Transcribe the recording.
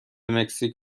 مکزیک